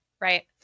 right